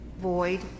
void